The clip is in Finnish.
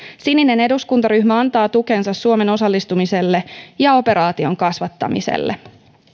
sininen eduskuntaryhmä antaa tukensa suomen osallistumiselle ja operaation kasvattamiselle